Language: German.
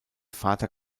vater